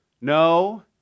No